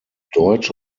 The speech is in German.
deutsch